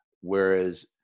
Whereas